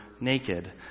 naked